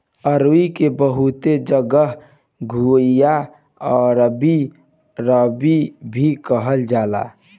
अरुई के बहुते जगह घुइयां, अरबी, अरवी भी कहल जाला